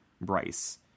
Bryce